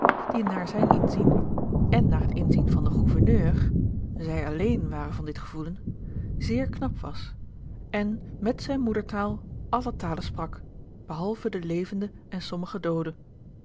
die naar zijn inzien en naar het inzien van den gouverneur zij alléén waren van dit gevoelen zeer knap was en met zijne moedertaal alle talen sprak behalve de levende en sommige doode